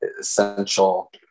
essential